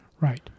Right